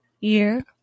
year